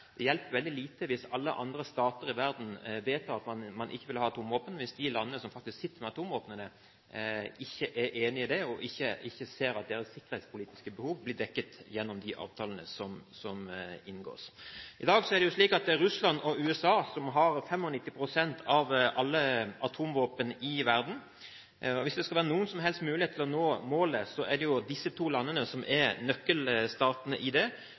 faktisk sitter med atomvåpnene, ikke er enig i det, og ikke ser at deres sikkerhetspolitiske behov blir dekket gjennom de avtalene som inngås. I dag er det Russland og USA som har 95 pst. av alle atomvåpnene i verden. Hvis det skal være noen som helst mulighet til å nå målet, er det disse to landene som er